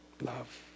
Love